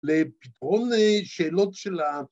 ‫לפתרון לשאלות של ה...